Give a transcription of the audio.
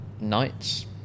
nights